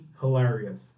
hilarious